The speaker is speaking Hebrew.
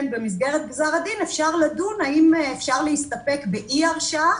במסגרת גזר הדין אפשר לדון האם אפשר להסתפק באי הרשעה,